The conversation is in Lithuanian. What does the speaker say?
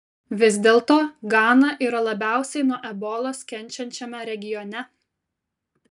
vis dėlto gana yra labiausiai nuo ebolos kenčiančiame regione